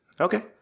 Okay